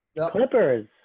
Clippers